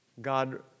God